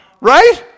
Right